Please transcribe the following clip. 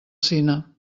cine